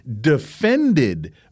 defended